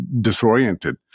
disoriented